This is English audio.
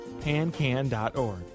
Pancan.org